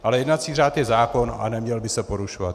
Ale jednací řád je zákon a neměl by se porušovat.